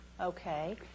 Okay